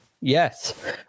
Yes